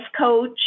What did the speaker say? coach